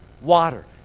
water